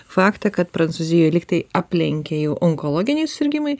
faktą kad prancūzijoj lygtai aplenkė jau onkologiniai susirgimai